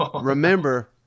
remember